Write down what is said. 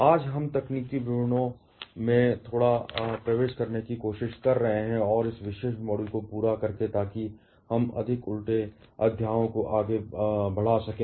आज हम तकनीकी विवरणों में थोड़ा प्रवेश करने की कोशिश कर रहे हैं और इस विशेष मॉड्यूल को पूरा करके ताकि हम अधिक उल्टे अध्यायों को आगे बढ़ा सकें